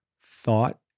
thought